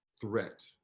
Threat